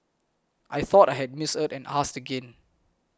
I thought I had misheard and asked again